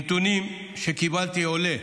מנתונים שקיבלתי עולה